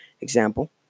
example